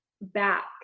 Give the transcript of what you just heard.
back